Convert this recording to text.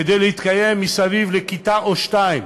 כדי להתקיים מסביב לכיתה או שתיים.